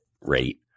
rate